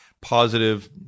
positive